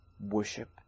worship